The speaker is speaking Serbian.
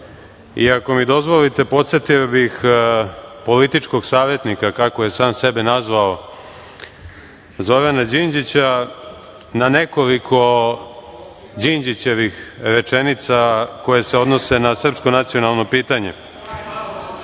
ako mi dozvolite, podsetio bih političkog savetnika, kako je sam sebe nazvao, Zorana Đinđića na nekoliko Đinđićević rečenica koje se odnose na srpsko nacionalno pitanje. Nakon